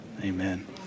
Amen